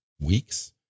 weeks